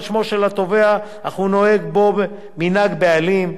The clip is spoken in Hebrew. שמו של התובע אך הוא נוהג בו מנהג בעלים.